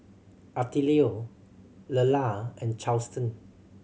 Attilio Lelah and Charlton